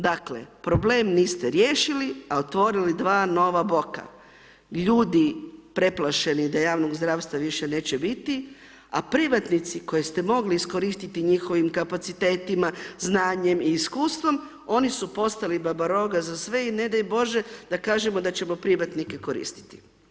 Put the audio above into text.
Dakle, problem niste riješili, a otvorili dva nova boka, ljudi preplašeni da javnog zdravstva više neće biti, a privatnici koje ste mogli iskoristiti njihovim kapacitetima, znanjem i iskustvom, oni su postali baba roga za sve i nedaj Bože da kažemo da ćemo privatnike koristiti.